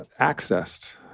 accessed